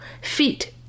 feet